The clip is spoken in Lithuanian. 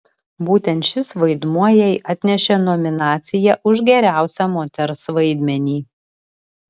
būtent šis vaidmuo jai atnešė nominaciją už geriausią moters vaidmenį